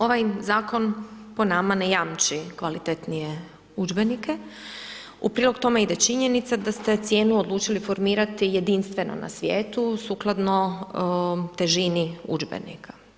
Ovaj Zakon po nama ne jamči kvalitetnije udžbenike, u prilog tome ide činjenica da ste cijenu odlučili formirati jedinstveno na svijetu, sukladno težini udžbenika.